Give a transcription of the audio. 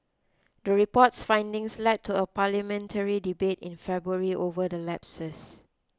the report's findings led to a parliamentary debate in February over the lapses